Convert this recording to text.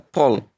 Paul